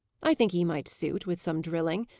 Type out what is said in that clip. i think he might suit, with some drilling.